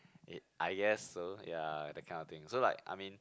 it I guess so ya that kind of thing so like I mean